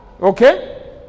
okay